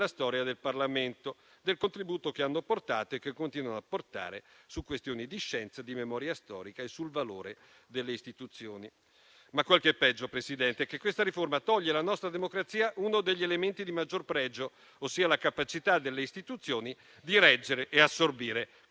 storia del Parlamento, del contributo che hanno portato e che continuano a portare su questioni di scienza, di memoria storica e sul valore delle istituzioni. Quel che è peggio, Presidente, è che questa riforma toglie alla nostra democrazia uno degli elementi di maggior pregio, ossia la capacità delle istituzioni di reggere e assorbire